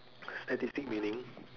statistic meaning